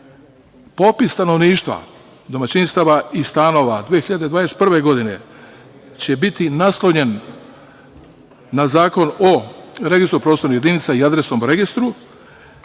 stanovništva, domaćinstava i stanova 2021. godine će biti naslonjen na Zakon o Registru prostornih jedinica i Adresnom registru.